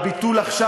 והביטול עכשיו,